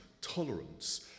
tolerance